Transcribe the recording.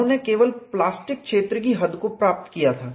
उन्होंने केवल प्लास्टिक क्षेत्र की हद को प्राप्त किया था